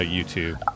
YouTube